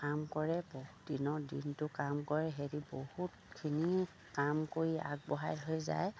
কাম কৰে দিনৰ দিনটো কাম কৰে সেহেঁতি বহুতখিনি কাম কৰি আগবঢ়াই থৈ যায়